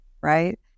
right